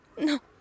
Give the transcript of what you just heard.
No